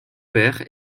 père